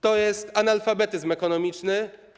To jest analfabetyzm ekonomiczny.